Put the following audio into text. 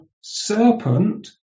serpent